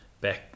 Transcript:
back